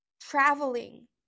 Traveling